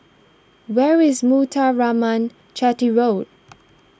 where is Muthuraman Chetty Road